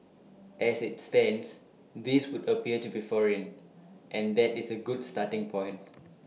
as IT stands these would appear to be foreign and that is A good starting point